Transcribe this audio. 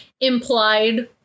implied